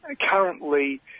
currently